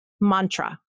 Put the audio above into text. mantra